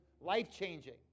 life-changing